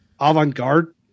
avant-garde